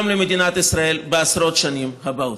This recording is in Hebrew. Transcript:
גם למדינת ישראל בעשרות השנים הבאות.